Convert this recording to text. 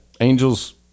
Angels